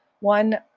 one